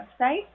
website